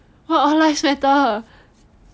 what all lives matter